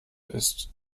ist